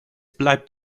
bleibt